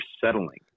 settling